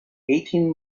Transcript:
eighteen